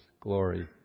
glory